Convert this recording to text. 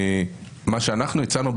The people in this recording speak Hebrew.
מה שהצענו,